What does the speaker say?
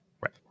Right